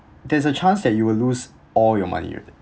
there's a chance that you will lose all your money with it